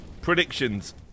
Predictions